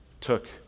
took